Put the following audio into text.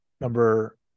Number